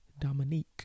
Dominique